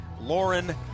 Lauren